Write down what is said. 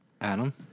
adam